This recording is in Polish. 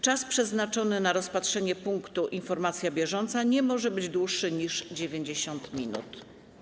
Czas przeznaczony na rozpatrzenia punktu: Informacja bieżąca nie może być dłuższy niż 90 minut.